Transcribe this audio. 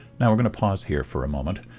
now we're going to pause here for a moment.